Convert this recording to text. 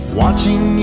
watching